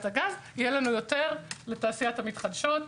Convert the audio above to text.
הגז יהיה לנו יותר לתעשיות המתחדשות.